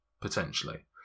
potentially